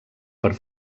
per